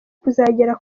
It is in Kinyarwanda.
kuzagera